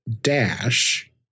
dash